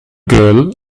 girl